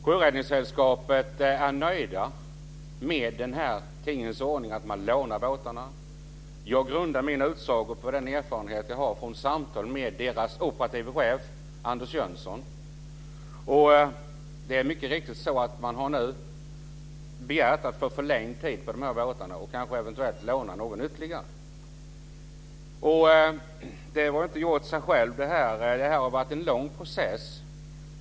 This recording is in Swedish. Sjöräddningssällskapet är nöjt med denna tingens ordning att man lånar båtarna. Jag grundar min utsago på den erfarenhet som jag har från samtal med deras operative chef Anders Jönsson. Det är mycket riktigt så att man nu har begärt att få förlänga lånet av dessa båtar och eventuellt låna någon ytterligare. Detta har inte skett av sig självt. Det har varit en lång process.